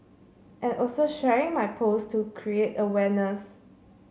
and also sharing my post to create awareness